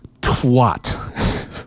twat